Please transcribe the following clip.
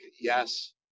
yes